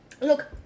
Look